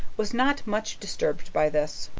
was not much disturbed by this.